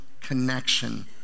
connection